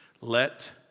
let